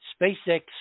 SpaceX